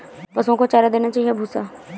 पशुओं को चारा देना चाहिए या भूसा?